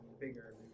bigger